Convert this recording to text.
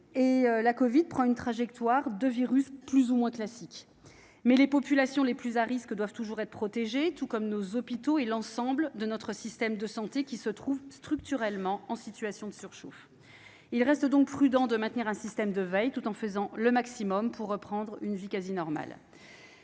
la covid prend une trajectoire de virus plus classique. Mais les populations les plus à risque doivent toujours être protégées, tout comme nos hôpitaux et l'ensemble de notre système de santé, qui se trouvent structurellement en situation de surchauffe. Il reste donc prudent de maintenir un système de veille, tout en faisant le maximum pour reprendre une vie normale.